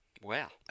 Wow